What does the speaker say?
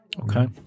Okay